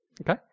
Okay